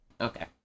Okay